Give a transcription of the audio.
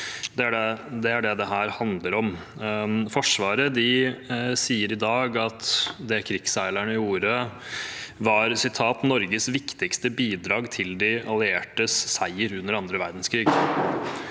oss, er det dette handler om. Forsvaret sier i dag at det krigsseilerne gjorde, var «Norges viktigste bidrag til de alliertes seier under andre verdenskrig»